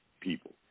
people